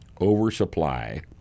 oversupply